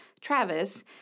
Travis